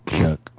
Chuck